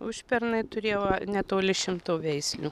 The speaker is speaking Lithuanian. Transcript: užpernai turėjau netoli šimto veislių